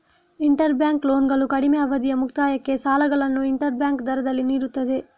inter bank ಲೋನ್ಗಳು ಕಡಿಮೆ ಅವಧಿಯ ಮುಕ್ತಾಯಕ್ಕೆ ಸಾಲಗಳನ್ನು ಇಂಟರ್ ಬ್ಯಾಂಕ್ ದರದಲ್ಲಿ ನೀಡುತ್ತದೆ